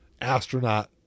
astronaut